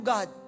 God